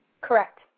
Correct